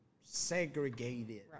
segregated